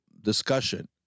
discussion